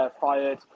fired